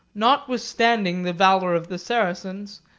notwithstanding the valour of the saracens,